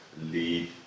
lead